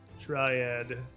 Triad